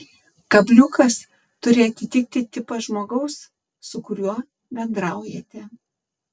kabliukas turi atitikti tipą žmogaus su kuriuo bendraujate